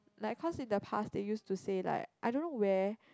like cause in the past they use to say like I don't know where